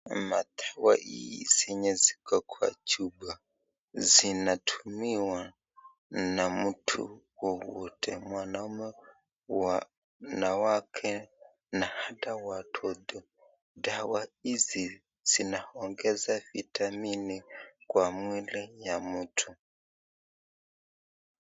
Mdawa hii zenye ziko kwa chupa, zinatumiwa na mtu wowote, mwanaume, wanawake na hata watoto. Dawa hizi zinaongeza vitamini kwa mwili ya mtu.